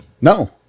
No